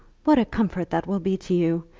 what a comfort that will be to you!